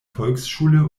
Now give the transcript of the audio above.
volksschule